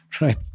right